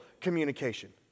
communication